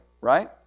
right